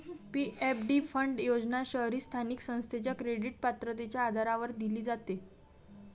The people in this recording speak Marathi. पी.एफ.डी फंड योजना शहरी स्थानिक संस्थेच्या क्रेडिट पात्रतेच्या आधारावर दिली जाते